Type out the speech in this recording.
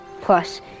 Plus